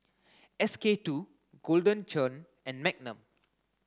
S K two Golden Churn and Magnum